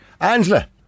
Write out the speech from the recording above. Angela